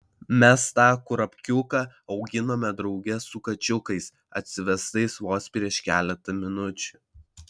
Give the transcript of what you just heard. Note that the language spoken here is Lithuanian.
mes tą kurapkiuką auginome drauge su kačiukais atsivestais vos prieš keletą minučių